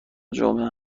جمعه